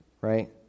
right